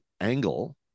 angle